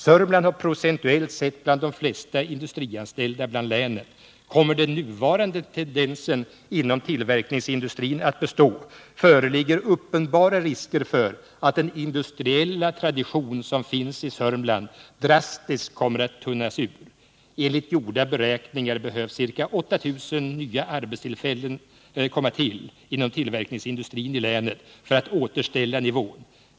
Sörmland hör till de län som | procentuellt har de flesta industrianställda. Kommer den nuvarande tendensen inom tillverkningsindustrin att bestå, föreligger uppenbara risker I för att den industriella tradition som finns i Sörmland drastiskt kommer att tunnas ur. Enligt gjorda beräkningar behöver ca 8 000 nya arbetstillfällen skapas inom 137 tillverkningsindustrin i länet för att man skall kunna återställa nivån.